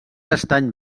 estany